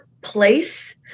place